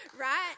right